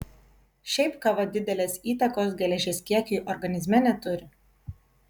šiaip kava didelės įtakos geležies kiekiui organizme neturi